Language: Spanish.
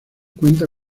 cuenta